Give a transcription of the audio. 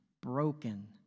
broken